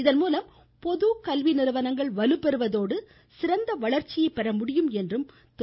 இதன்மூலம் பொது கல்வி நிறுவனங்கள் வலுப்பெறுவதோடு சிறந்த வளர்ச்சியை பெற முடியும் என்றும் திரு